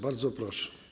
Bardzo proszę.